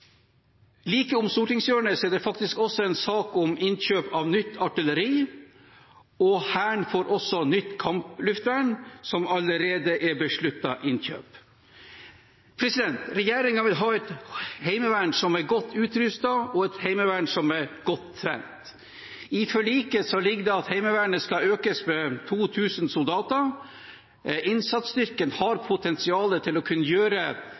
Like om stortingshjørnet er også en sak om innkjøp av nytt artilleri, og Hæren får også nytt kampluftvern, som allerede er besluttet innkjøpt. Regjeringen vil ha et heimevern som er godt utrustet, og et heimevern som er godt trent. I forliket ligger det at Heimevernet skal økes med 2 000 soldater. Innsatsstyrken har potensial til å kunne gjøre